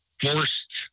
forced